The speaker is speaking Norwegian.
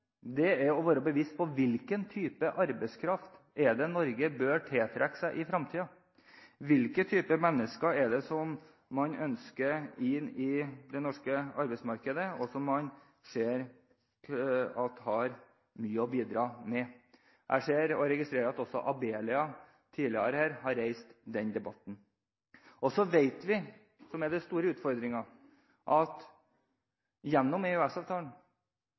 er å være bevisst på hvilken type arbeidskraft Norge bør tiltrekke seg i fremtiden. Hvilke typer mennesker er det man ønsker inn i det norske arbeidsmarkedet? Er det ikke de som man ser har mye å bidra med? Jeg registrerer at også Abelia tidligere har reist den debatten. Så ser vi, og det er den store utfordringen, at gjennom